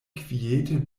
kviete